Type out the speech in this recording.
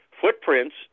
footprints